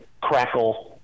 crackle